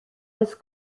has